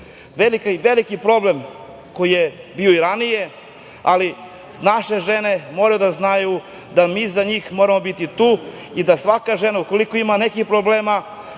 ženu. Veliki problem koji je bio i ranija, ali naše žene moraju da znaju da mi za njih moramo biti tu i da svaka žena ukoliko ima nekih problema